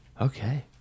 Okay